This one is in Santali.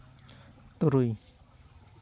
ᱛᱩᱨᱩᱭ